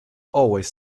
always